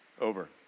over